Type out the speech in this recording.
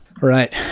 right